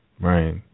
Right